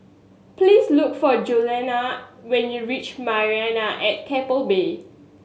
please look for Juliana when you reach Marina at Keppel Bay